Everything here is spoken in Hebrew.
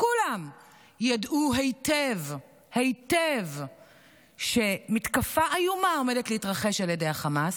כולם ידעו היטב היטב שמתקפה איומה עומדת להתרחש על ידי החמאס,